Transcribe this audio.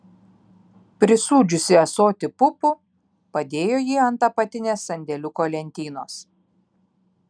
prisūdžiusi ąsotį pupų padėjo jį ant apatinės sandėliuko lentynos